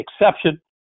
exception